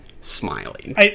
smiling